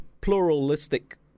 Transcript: pluralistic